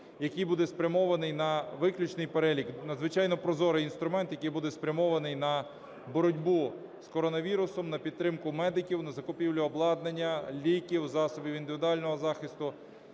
який буде спрямований на виключний перелік… Надзвичайно прозорий інструмент, який буде спрямований на боротьбу з коронавірусом: на підтримку медиків, на закупівлю обладнання, ліків, засобів індивідуального захисту.